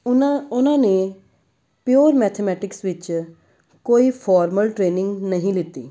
ਉਹਨਾਂ ਉਹਨਾਂ ਨੇ ਪਿਓਰ ਮੈਥਿਮੈਟਿਕਸ ਵਿੱਚ ਕੋਈ ਫੋਰਮਲ ਟ੍ਰੇਨਿੰਗ ਨਹੀਂ ਲਿੱਤੀ